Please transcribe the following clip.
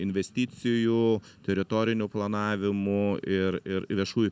investicijų teritorinių planavimų ir ir ir viešųjų